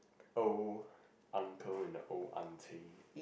old uncle with the old aunty